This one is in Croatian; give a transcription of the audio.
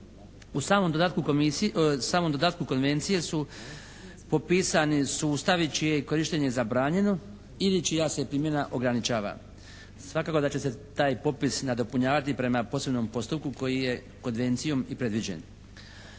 U samom dodatku konvencije su popisani sustavi čije je korištenje zabranjeno ili čija se primjena ograničava. Svakako da će se taj popis nadopunjavati prema posebnom postupku koji je konvencijom i predviđen.